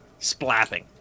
splapping